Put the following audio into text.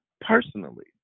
personally